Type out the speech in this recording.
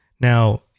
Now